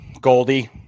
Goldie